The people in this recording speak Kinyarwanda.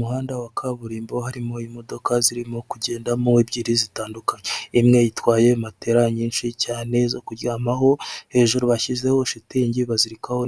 Umuhanda wa kaburimbo haririmo imodoka zirimo kugendamo ebyiri zitandukanye imwe itwaye materara nyinshi cyane zo kuryamaho, hejuru bashyizeho shitingi bazirikaho